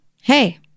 hey